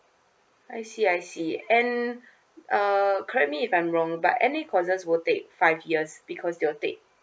I see I see and uh correct me if I'm wrong but any courses will take five years because it will take